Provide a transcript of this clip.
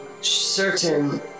certain